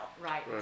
Right